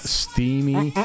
steamy